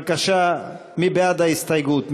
בבקשה, מי בעד ההסתייגות?